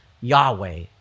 Yahweh